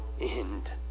end